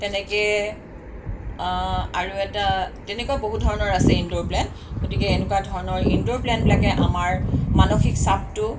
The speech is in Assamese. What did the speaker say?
তেনেকৈ আৰু এটা তেনেকুৱা বহু ধৰণৰ আছে ইনড'ৰ প্লেণ্ট গতিকে এনেকুৱা ধৰণৰ ইনড'ৰ প্লেণ্টবিলাকে আমাৰ মানসিক চাপটো